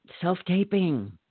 Self-taping